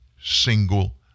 single